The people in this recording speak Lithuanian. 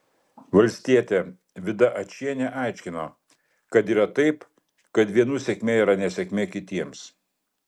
valstietė vida ačienė aiškino kad yra taip kad vienų sėkmė yra nesėkmė kitiems